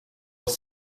els